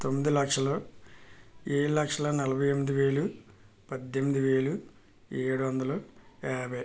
తొమ్మిది లక్షలు ఏడు లక్షల నలభై ఎనిమిది వేలు పద్దెమ్మిది వేలు ఏడు వందలు యాభై